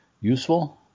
useful